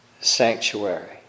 sanctuary